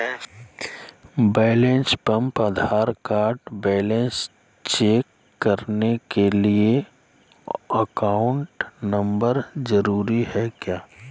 Balance pump Aadhaar card balance check करने के लिए अकाउंट नंबर जरूरी है क्या?